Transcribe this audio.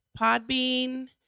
Podbean